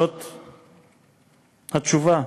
זאת התשובה.